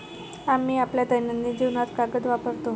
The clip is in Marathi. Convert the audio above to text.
आम्ही आपल्या दैनंदिन जीवनात कागद वापरतो